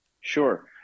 Sure